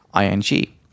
ING